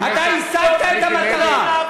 אתה בסדר גמור.